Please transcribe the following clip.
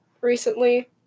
recently